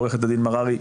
עו"ד מררי,